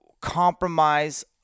compromise